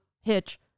Hitch